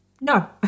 No